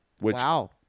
Wow